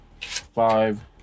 five